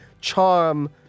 charm